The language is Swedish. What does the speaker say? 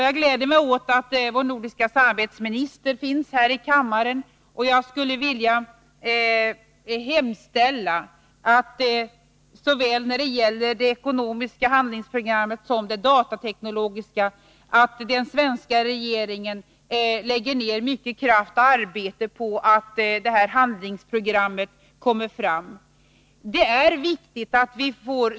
Jag gläder mig åt att vår nordiska samarbetsminister finns här i kammaren, och jag skulle vilja hemställa såväl när det gäller det ekonomiska handlingsprogrammet som när det gäller det datateknologiska att den svenska regeringen lägger ned mycken kraft och mycket arbete på att detta handlingsprogram kommer fram.